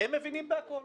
הם מבינים בכול.